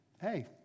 hey